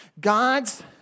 God's